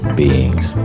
beings